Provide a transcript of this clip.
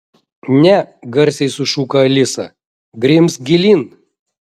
ne garsiai sušuko alisa grimzk gilyn